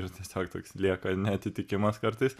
ir tiesiog toks lieka neatitikimas kartais